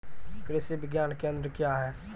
कृषि विज्ञान केंद्र क्या हैं?